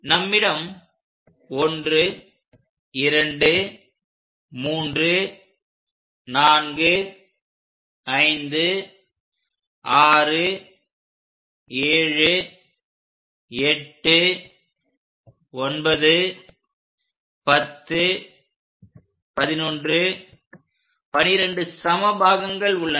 நம்மிடம் 1 2 3 4 5 6 7 8 9 10 11 12 சம பாகங்கள் உள்ளன